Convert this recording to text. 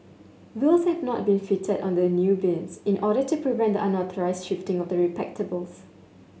wheels have not been fitted on the new bins in order to prevent the unauthorised shifting of the receptacles